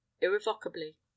irrevocably